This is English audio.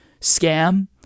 scam